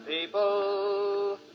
people